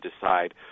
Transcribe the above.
decide